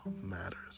matters